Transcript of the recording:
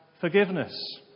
forgiveness